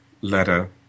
letter